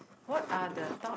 what are the thought